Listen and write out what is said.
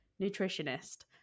nutritionist